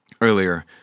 earlier